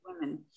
women